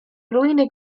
ruiny